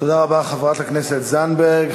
תודה רבה, חברת הכנסת זנדברג.